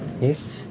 Yes